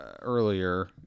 earlier